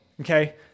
okay